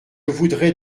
voudrais